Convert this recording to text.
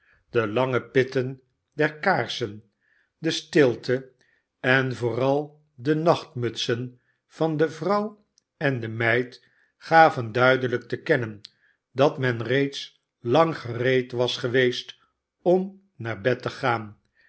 de lange pitten der kaarsen de stilte en vooral de nachtmutsen van de vrouw en de meid gaven duidelijk te kennen dat men reeds lang gereed was geweest om naar bed te gaan